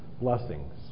blessings